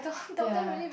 ya